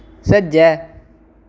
सज्जै